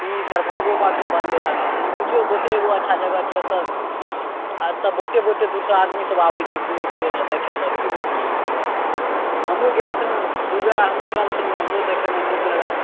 ई दरभङ्गो मे एखन बनलै हन ई बुझिऔ बहुते एगो अच्छा जगह छै अतऽ अतऽ बहुते बहुते दूर सऽ आदमी सब आबै छै घुमै फिरै लए देखै लए की बुझलियै हमहुॅं गेल छलहुॅं दू बेरा हमहुॅं गेल छलहुॅं हमरो देखै मे नीक लगल